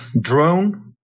drone